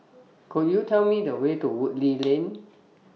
Could YOU Tell Me The Way to Woodleigh Lane